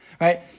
right